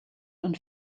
und